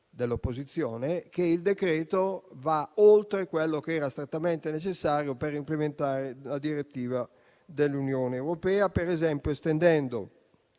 decreto-legge in esame va oltre quello che era strettamente necessario per implementare la direttiva dell'Unione europea, ad esempio estendendo